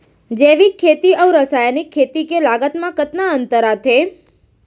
जैविक खेती अऊ रसायनिक खेती के लागत मा कतना अंतर आथे?